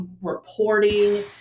reporting